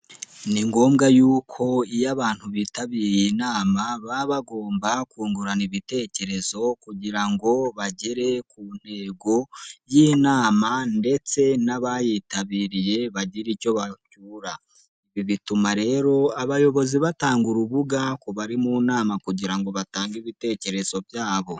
Ni ngombwa y'uko iyo abantu bitabiye inama baba bagomba kungurana ibitekerezo kugira ngo bagere ku ntego y'inama ndetse n'abayitabiriye bagire icyo bacyura. Bituma rero abayobozi batanga urubuga ku bari mu nama kugira ngo batange ibitekerezo byabo.